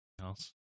else